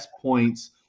points